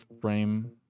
frame